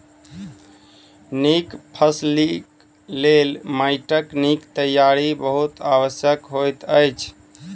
नीक फसिलक लेल माइटक नीक तैयारी बहुत आवश्यक होइत अछि